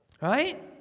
right